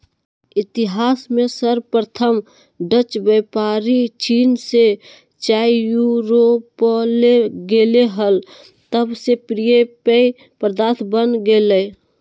इतिहास में सर्वप्रथम डचव्यापारीचीन से चाययूरोपले गेले हल तब से प्रिय पेय पदार्थ बन गेलय